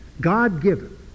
God-given